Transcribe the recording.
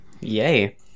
Yay